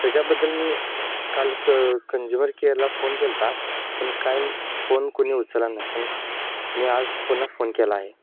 त्याच्याबद्दल मी काल क कंज्युमर केअरला फोन केला होता पण काय फोन कुणी उचलला नसून मी आज पुन्हा फोन केला आहे